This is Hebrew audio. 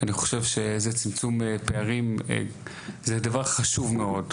אני חושב שזה דבר חשוב מאוד.